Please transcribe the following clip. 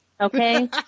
Okay